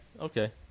okay